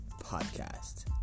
Podcast